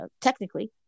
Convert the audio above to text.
technically